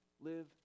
live